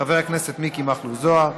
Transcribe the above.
חבר הכנסת מיקי מכלוף זוהר,